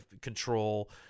control